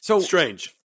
Strange